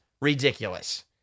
ridiculous